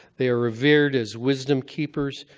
they are revered as wisdom-keepers,